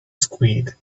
squid